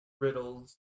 riddles